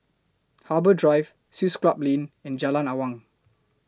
Harbour Drive Swiss Club Lane and Jalan Awang